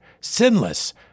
sinless